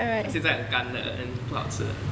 它现在很干的 then 不好吃了